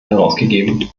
herausgegeben